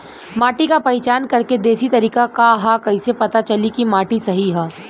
माटी क पहचान करके देशी तरीका का ह कईसे पता चली कि माटी सही ह?